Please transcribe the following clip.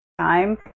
time